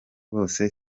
bose